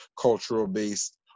cultural-based